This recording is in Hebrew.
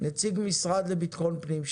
נציג המשרד לביטחון פנים.